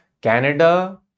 Canada